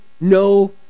no